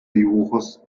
dibujos